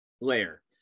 layer